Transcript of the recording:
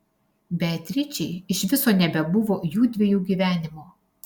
beatričei iš viso nebebuvo jųdviejų gyvenimo